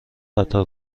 قطار